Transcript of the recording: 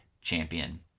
champion